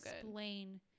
explain